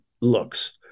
looks